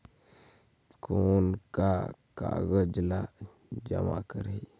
कौन का कागज ला जमा करी?